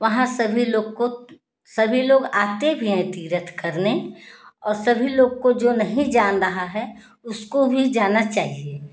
वहाँ सभी लोग को सभी लोग आते भी हैं तीर्थ करने और सभी लोग को जो नहीं जान रहा है उसको भी जाना चाहिए